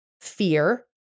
fear